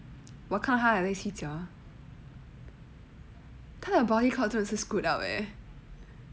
我看他还在睡觉他的 body clock 真的是 screwed up leh